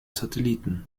satelliten